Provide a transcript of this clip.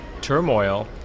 turmoil